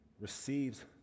receives